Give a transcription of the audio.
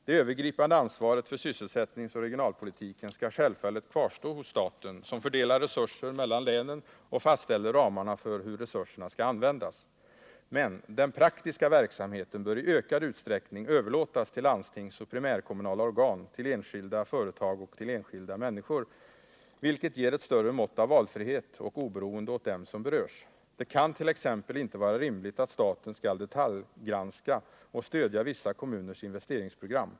Det övergripande ansvaret för sysselsättningsoch regionalpolitiken skall självfallet kvarstå hos staten, som fördelar resurser mellan länen och fastställer ramarna för hur resurserna skall användas. Men den praktiska verksamheten bör i ökad utsträckning överlåtas till landstingsoch primärkommunala organ, till enskilda företag och till enskilda människor, vilket ger ett större mått av valfrihet och oberoende åt dem som berörs. Det kan t.ex. inte vara rimligt att staten skall detaljgranska och stödja vissa kommuners investeringsprogram.